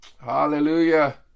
Hallelujah